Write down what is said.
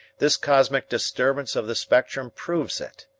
this cosmic disturbance of the spectrum proves it.